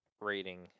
rating